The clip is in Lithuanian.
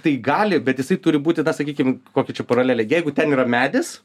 tai gali bet jisai turi būti na sakykim kokią čia paralelę jeigu ten yra medis